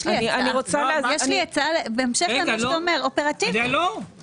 יש לי הצעה אופרטיבית בהמשך למה שאתה אומר,